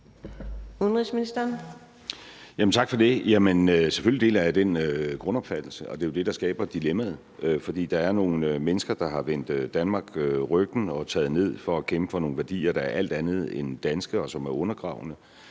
Rasmussen): Tak for det. Jamen selvfølgelig deler jeg den grundopfattelse, og det er jo det, der skaber dilemmaet, for der er nogle mennesker, der har vendt Danmark ryggen og taget ned for at kæmpe for nogle værdier, der er alt andet end danske, og som er undergravende.